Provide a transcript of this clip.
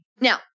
Now